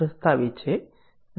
આ મને લાગે છે કે બધા જવાબ આપી શકશે